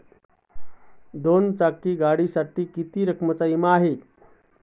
दोन चाकी गाडीसाठी किती रकमेचा विमा आहे?